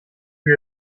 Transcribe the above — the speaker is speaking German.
für